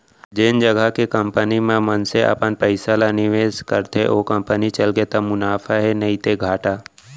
जेन जघा के कंपनी म मनसे अपन पइसा ल निवेस करथे ओ कंपनी चलगे त मुनाफा हे नइते घाटा